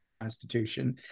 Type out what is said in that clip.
constitution